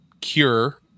cure